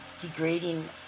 degrading